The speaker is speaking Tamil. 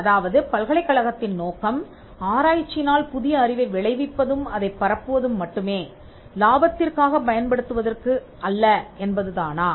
அதாவது பல்கலைக்கழகத்தின் நோக்கம் ஆராய்ச்சியினால் புதிய அறிவை விளைவிப்பதும் அதைப் பரப்புவதும் மட்டுமே லாபத்திற்காகப் பயன்படுத்துவதற்கு அல்ல என்பது தானா